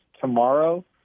tomorrow